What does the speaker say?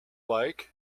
like